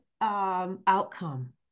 outcome